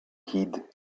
heed